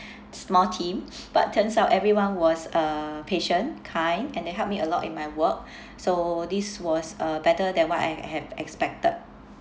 small team but turns out everyone was uh patient kind and they helped me a lot in my work so this was uh better than what I have expected